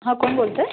हां कोण बोलत आहे